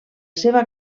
seva